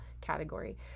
category